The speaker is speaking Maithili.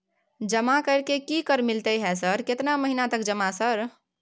जमा कर के की कर मिलते है सर केतना महीना तक जमा सर?